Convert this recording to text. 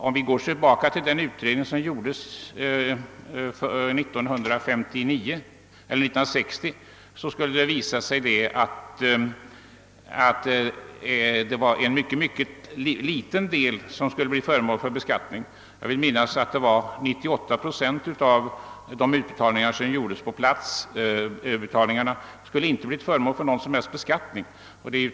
Om vi går tillbaka till den utredning som gjordes 1960 skulle vi finna att det var en mycket obetydlig del som skulle bli föremål för beskattning. Jag vill minnas att 98 procent av de utbetalningar som gjordes på platsspel inte skulle bli föremål för någon som helst beskattning.